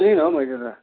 hello सुनिनँ हौ मैले त